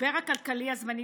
המשבר הכלכלי הזמני